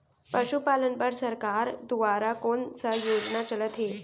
पशुपालन बर सरकार दुवारा कोन स योजना चलत हे?